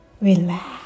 Relax